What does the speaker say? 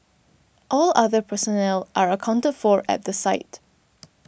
all other personnel are accounted for at the site